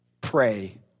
pray